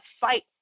fight